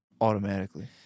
automatically